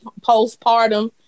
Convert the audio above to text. postpartum